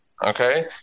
Okay